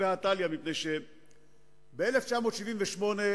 ביטחוניים צופים בהם עוד לפני ישיבת הממשלה